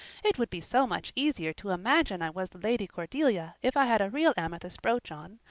it would be so much easier to imagine i was the lady cordelia if i had a real amethyst brooch on.